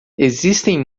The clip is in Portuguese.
existem